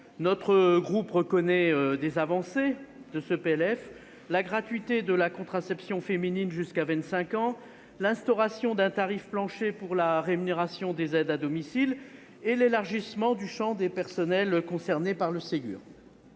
loi. Nous reconnaissons plusieurs avancées : la gratuité de la contraception féminine jusqu'à vingt-cinq ans, l'instauration d'un tarif plancher pour la rémunération des aides à domicile et l'élargissement du champ des personnels concernés par le Ségur